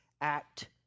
act